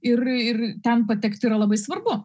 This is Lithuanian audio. ir ir ten patekti yra labai svarbu